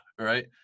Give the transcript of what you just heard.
Right